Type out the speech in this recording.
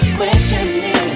questioning